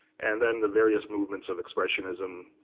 and then the various movements of expressionism,